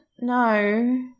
No